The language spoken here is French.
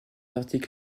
articles